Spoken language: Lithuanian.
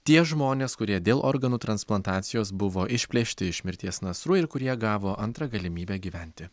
tie žmonės kurie dėl organų transplantacijos buvo išplėšti iš mirties nasrų ir kurie gavo antrą galimybę gyventi